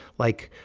like,